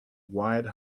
wide